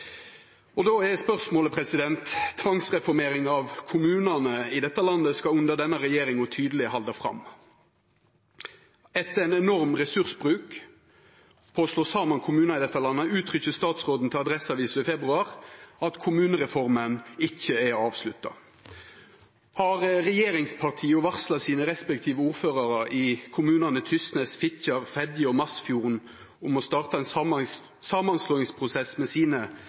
og moderniseringsministeren kom i Adresseavisen med ein tydelig påstand: «Det er fortsatt for mange små kommuner.» Då er spørsmålet: «Tvangsreformeringa av kommunane i dette landet skal under denne regjeringa tydeleg halde fram. Etter ein enorm ressursbruk på å slå saman kommunar uttrykkjer statsråden til Adresseavisen i februar at kommunereforma ikkje er avslutta. Har regjeringspartia varsla sine respektive ordførarar i Tysnes, Fitjar, Fedje og Masfjorden om å starte ein samanslåingsprosess med sine